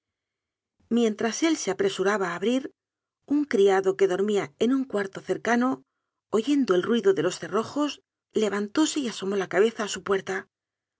mientras él se apresuraba a abrir un criado que dormía en un cuarto cercano oyendo el ruido de los cerrojos levantóse y asomó la cabeza a su puerta